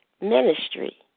Ministry